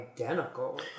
identical